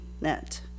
net